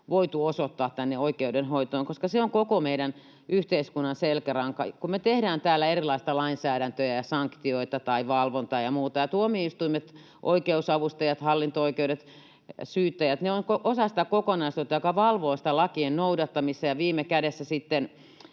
voitu osoittaa oikeudenhoitoon, koska se on koko meidän yhteiskunnan selkäranka. Kun me tehdään täällä erilaista lainsäädäntöä ja sanktioita tai valvontaa ja muuta, niin tuomioistuimet, oikeusavustajat, hallinto-oikeudet, syyttäjät ovat osa sitä kokonaisuutta, joka valvoo sitä lakien noudattamista ja viime kädessä sitten